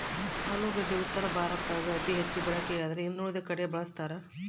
ಆಲೂಗಡ್ಡಿ ಉತ್ತರ ಭಾರತದಾಗ ಅತಿ ಹೆಚ್ಚು ಬಳಕೆಯಾದ್ರೆ ಇನ್ನುಳಿದ ಕಡೆಯೂ ಬಳಸ್ತಾರ